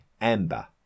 amber